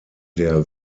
der